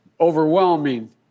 overwhelming